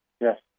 Yes